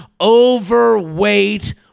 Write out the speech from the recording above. Overweight